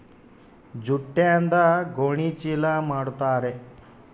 ಜೂಟ್ಯಿಂದ ಗೋಣಿ ಚೀಲ ಮಾಡುತಾರೆ